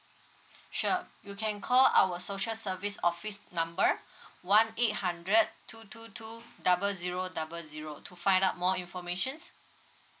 sure you can call our social service office number one eight hundred two two two double zero double zero to find out more informations